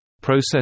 Process